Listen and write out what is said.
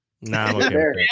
No